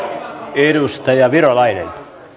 edustaja virolainen